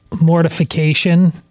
mortification